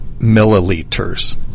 milliliters